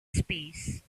space